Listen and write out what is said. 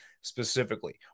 specifically